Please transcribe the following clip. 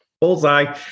Bullseye